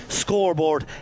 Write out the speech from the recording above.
scoreboard